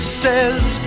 says